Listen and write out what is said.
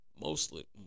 mostly